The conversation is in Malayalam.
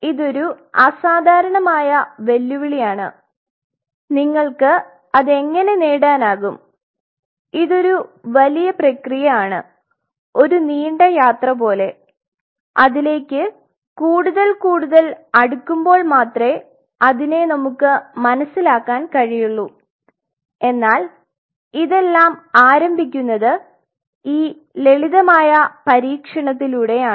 ഇത് ഒരു അസാധാരണമായ വെല്ലുവിളിയാണ് നിങ്ങൾക്ക് അത് എങ്ങനെ നേടാനാകും ഇത് ഒരു വല്യ പ്രക്രിയ ആണ് ഒരു നീണ്ട യാത്ര പോലെ അതിലേക്കു കൂടുതൽ കൂടുതൽ അടുക്കുമ്പോൾ മാത്രേ അതിനെ നമുക്ക് മനസിലാക്കാൻ കഴിയുള്ളു എന്നാൽ ഇതെല്ലാം ആരംഭിക്കുന്നത് ഈ ലളിതമായ പരീക്ഷണങ്ങളിലൂടെയാണ്